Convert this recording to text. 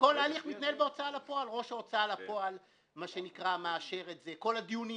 האירוע מתנהל בהוצאה לפועל, זה לא בהליך מינהלי.